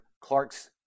Clark's